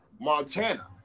Montana